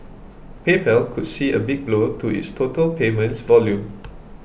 PayPal could see a big blow to its total payments volume